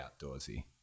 outdoorsy